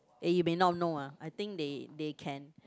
eh you may not know ah I think they they can